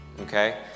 Okay